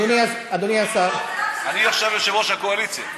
אדוני השר, אני עכשיו יושב-ראש הקואליציה.